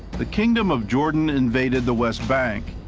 the kingdom of jordan invaded the west bank.